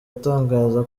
atangaza